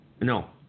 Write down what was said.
No